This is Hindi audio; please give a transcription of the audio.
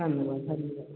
धन्यवाद धन्यवाद